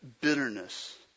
bitterness